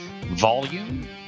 volume